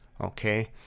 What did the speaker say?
Okay